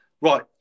right